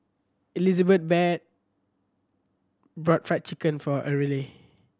Elizabet bought Fried Chicken for Arley